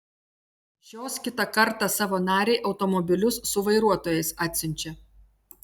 šios kitą kartą savo narei automobilius su vairuotojais atsiunčia